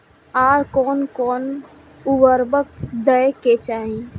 आर कोन कोन उर्वरक दै के चाही?